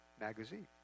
magazine